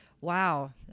Wow